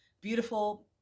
Beautiful